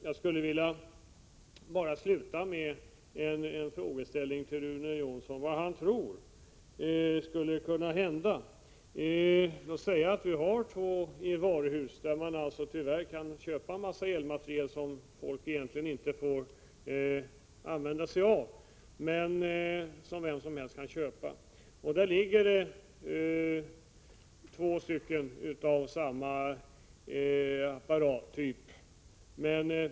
Jag skulle vilja sluta med en frågeställning till Rune Jonsson. I varuhusen kan folk tyvärr köpa en mängd elmateriel, som de egentligen inte får använda sig av. Låt oss säga att det i ett varuhus finns två apparater av samma typ.